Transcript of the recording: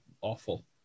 awful